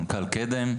מנכ"ל קדם,